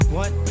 one